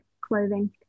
clothing